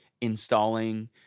installing